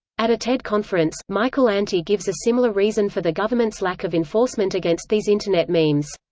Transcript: at a ted conference, michael anti gives a similar reason for the government's lack of enforcement against these internet memes.